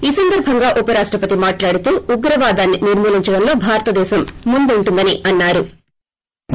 ఈ సందర్భంగా ఉపరాష్టపతి మాట్లాడుతూ ఉగ్రవాదాన్ని నిర్మూ లించడంలో భారతదేశం ముందుంటుందని అన్నారు